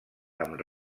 amb